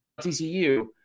TCU